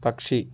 പക്ഷി